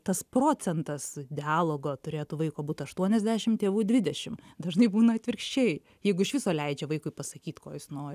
tas procentas dialogo turėtų vaiko būti aštuoniasdešim tėvų dvidešim dažnai būna atvirkščiai jeigu iš viso leidžia vaikui pasakyt ko jis nori